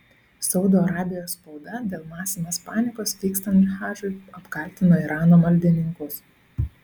saudo arabijos spauda dėl masinės panikos vykstant hadžui apkaltino irano maldininkus